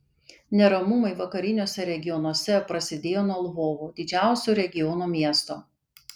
neramumai vakariniuose regionuose prasidėjo nuo lvovo didžiausio regiono miesto